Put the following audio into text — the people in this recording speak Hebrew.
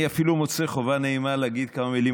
אני אפילו מוצא חובה נעימה להגיד כמה מילים,